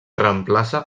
reemplaça